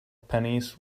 pennies